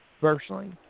personally